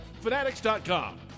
Fanatics.com